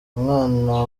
umwana